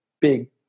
big